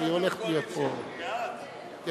אני